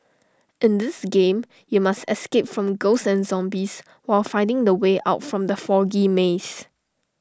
in this game you must escape from ghosts and zombies while finding the way out from the foggy maze